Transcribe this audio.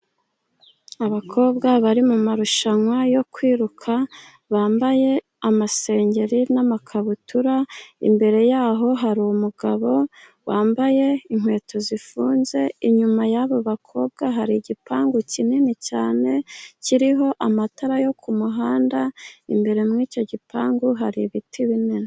Abakobwa bari marushanwa yo kwiruka, bambaye amasengeri n'amakabutura. Imbere yabo hari umugabo wambaye inkweto zifunze. Inyuma y'aba bakobwa hari igipangu kinini cyane, kiriho amatara yo ku muhanda. Imbere muri icyo gipangu hari ibiti binini.